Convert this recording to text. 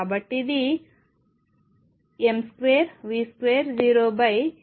కాబట్టి ఇది m2V024